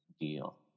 deal